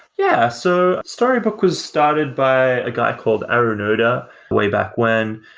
yeah. so storybook was started by a guy called arunoda way back when.